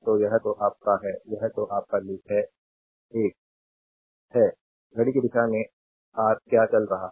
तो यह तो आप का है यह तो आप का लूप 1 है घड़ी की दिशा में आर क्या चल रहा है